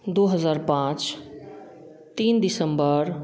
दो हज़ार पाँच तीन डिसंबर